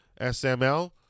SML